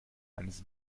eines